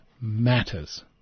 matters